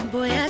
Boy